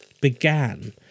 began